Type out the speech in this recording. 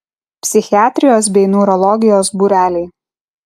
psichiatrijos bei neurologijos būreliai